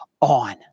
on